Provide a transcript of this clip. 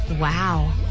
Wow